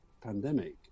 pandemic